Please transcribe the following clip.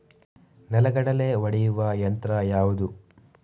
ನೆಲಗಡಲೆ ಒಡೆಯುವ ಯಂತ್ರ ಯಾವುದು?